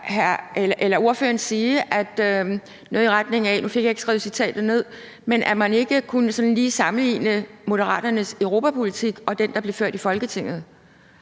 hørte ordføreren sige noget i retning af – nu fik jeg ikke skrevet citatet ned – at man ikke sådan lige kunne sammenligne Moderaternes europapolitik og den, der bliver ført i Folketinget.